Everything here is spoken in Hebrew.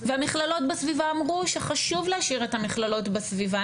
והמכללות בסביבה אמרו שחשוב להשאיר את המכללות בסביבה.